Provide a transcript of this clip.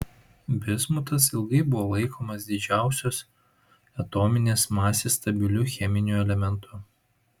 bismutas ilgai buvo laikomas didžiausios atominės masės stabiliu cheminiu elementu